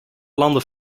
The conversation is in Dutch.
landen